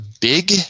big